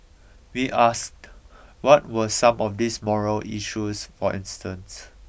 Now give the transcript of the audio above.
we asked what were some of these morale issues for instance